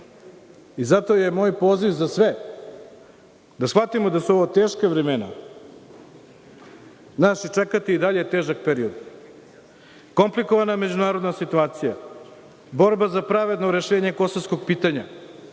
i zato je moj poziv za sve da shvatimo da su ovo teška vremena. Nas će čekati i dalje težak period, komplikovana međunarodna situacija, borba za pravedno rešenje kosovskog pitanja,